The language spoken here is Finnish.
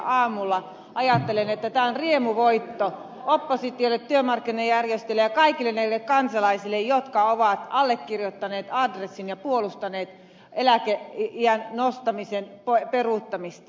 aamulla ajattelin että tämä on riemuvoitto oppositiolle työmarkkinajärjestöille ja kaikille niille kansalaisille jotka ovat allekirjoittaneet adressin ja puolustaneet eläkeiän nostamisen peruuttamista